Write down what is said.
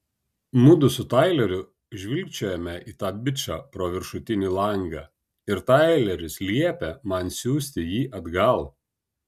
mudu su taileriu žvilgčiojame į tą bičą pro viršutinį langą ir taileris liepia man siųsti jį atgal